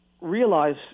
realize